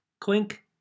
Clink